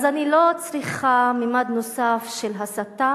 אז אני לא צריכה ממד נוסף של הסתה